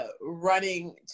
running